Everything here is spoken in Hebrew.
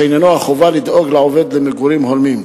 שעניינו החובה לדאוג לעובד למגורים הולמים.